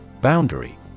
Boundary